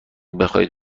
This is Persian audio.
بخواهید